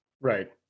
right